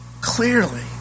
Clearly